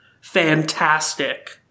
fantastic